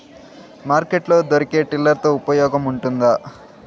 Market లో దొరికే tiller తో ఉపయోగం ఉంటుందా?